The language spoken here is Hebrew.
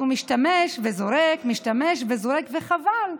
הוא משתמש וזורק, משתמש וזורק, וחבל.